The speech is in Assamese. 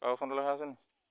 লেখা আছেনি